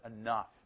enough